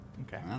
Okay